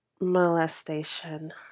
molestation